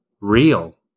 real